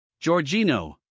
Giorgino